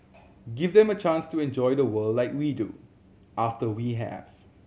give them a chance to enjoy the world like we do after we have